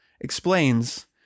explains